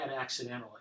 accidentally